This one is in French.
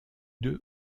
deux